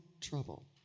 trouble